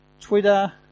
Twitter